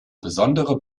besondere